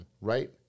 right